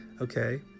Okay